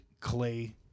clay